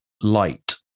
Light